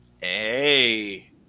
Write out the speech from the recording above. Hey